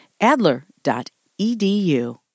Adler.edu